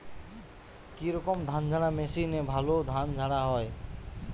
কি রকম ধানঝাড়া মেশিনে ভালো ধান ঝাড়া হয়?